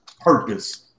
purpose –